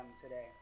today